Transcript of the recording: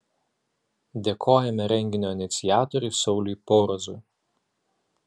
dėkojame renginio iniciatoriui sauliui paurazui